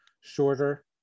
shorter